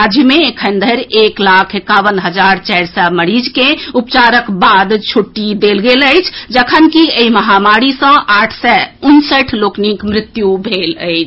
राज्य मे एखन धरि एक लाख एकावन हजार चारि सय मरीज के उपचारक बाद छुट्टी देल गेल अछि जखनकि एहि महामारी सँ आठ सय उनसठि लोकनिक मृत्यु भेल अछि